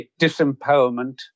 disempowerment